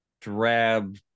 drab